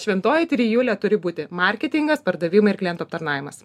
šventoji trijulė turi būti marketingas pardavimai ir klientų aptarnavimas